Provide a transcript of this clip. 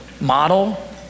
model